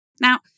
Now